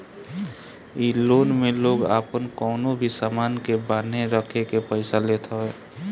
इ लोन में लोग आपन कवनो भी सामान के बान्हे रखके पईसा लेत हवे